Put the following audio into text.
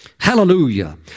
Hallelujah